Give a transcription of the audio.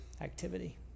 activity